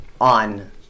on